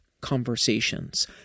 conversations